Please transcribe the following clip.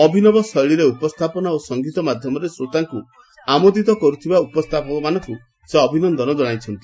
ଅଭିନବ ଶୈଳୀରେ ଉପସ୍ଥାପନା ଓ ସଙ୍ଗୀତ ମାଧ୍ଘମରେ ଶ୍ରୋତାଙ୍କୁ ଆମୋଦିତ କରୁଥିବା ଉପସ୍ଥାପକମାନଙ୍କୁ ମଧ୍ଧ ସେ ଅଭିନନ୍ଦନ ଜଣାଇଛନ୍ତି